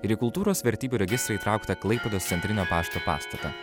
ir į kultūros vertybių registrą įtrauktą klaipėdos centrinio pašto pastatą